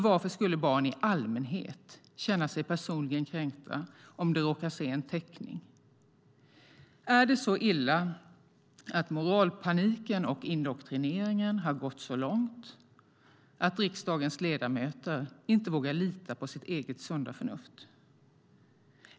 Varför skulle barn i allmänhet känna sig personligen kränkta om de råkar se en sådan teckning? Är det så illa att moralpaniken och indoktrineringen har gått så långt att riksdagens ledamöter inte vågar lita på sitt sunda förnuft?